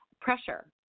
pressure